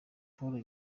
paul